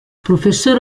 professore